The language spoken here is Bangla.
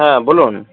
হ্যাঁ বলুন